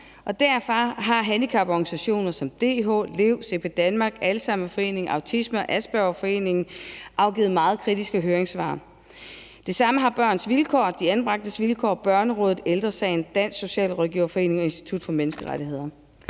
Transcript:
derfor har handicaporganisationer som DH, Lev, CP Danmark, Alzheimerforeningen og Autisme- og Aspergerforeningen afgivet meget kritiske høringssvar. Det samme har Børns Vilkår, De Anbragtes Vilkår, Børnerådet, Ældre Sagen, Dansk Socialrådgiverforening og Institut for Menneskerettigheder.